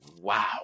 wow